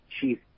Chief